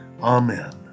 Amen